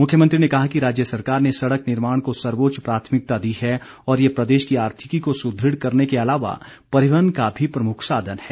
मुख्यमंत्री ने कहा कि राज्य सरकार ने सड़क निर्माण को सर्वोच्च प्राथमिकता दी है और ये प्रदेश की आर्थिकी को सुदृढ़ करने के अलावा परिवहन का भी प्रमुख साधन है